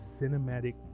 cinematic